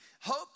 Hope